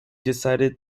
decided